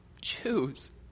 Choose